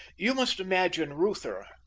you must imagine reuther,